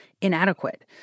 inadequate